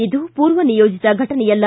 ಇದು ಪೂರ್ವನಿಯೋಜಿತ ಘಟನೆಯಲ್ಲ